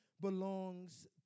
belongs